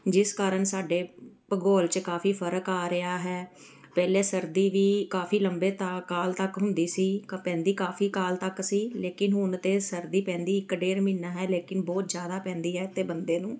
ਜਿਸ ਕਾਰਨ ਸਾਡੇ ਭੂਗੋਲ 'ਚ ਕਾਫੀ ਫਰਕ ਆ ਰਿਹਾ ਹੈ ਪਹਿਲੇ ਸਰਦੀ ਵੀ ਕਾਫੀ ਲੰਬੇ ਤਾ ਕਾਲ ਤੱਕ ਹੁੰਦੀ ਸੀ ਕ ਪੈਂਦੀ ਕਾਫੀ ਕਾਲ ਤੱਕ ਸੀ ਲੇਕਿਨ ਹੁਣ ਤਾਂ ਸਰਦੀ ਪੈਂਦੀ ਇੱਕ ਡੇਢ ਮਹੀਨਾ ਹੈ ਲੇਕਿਨ ਬਹੁਤ ਜ਼ਿਆਦਾ ਪੈਂਦੀ ਹੈ ਅਤੇ ਬੰਦੇ ਨੂੰ